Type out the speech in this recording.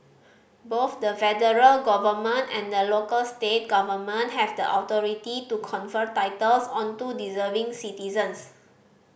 both the federal government and the local state government have the authority to confer titles onto deserving citizens